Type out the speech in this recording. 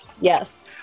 Yes